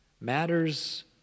matters